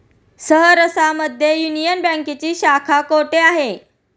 सहरसा मध्ये युनियन बँकेची शाखा कुठे आहे?